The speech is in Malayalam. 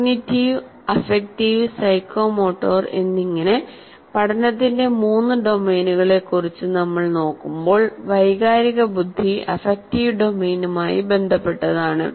കോഗ്നിറ്റീവ് അഫക്റ്റീവ് സൈക്കോമോട്ടോർ എന്നിങ്ങനെ പഠനത്തിന്റെ മൂന്ന് ഡൊമെയ്നുകളെക്കുറിച്ച് നമ്മൾ നോക്കുമ്പോൾ വൈകാരിക ബുദ്ധി അഫക്റ്റീവ് ഡൊമൈനുമായി ബന്ധപ്പെട്ടതാണ്